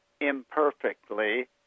imperfectly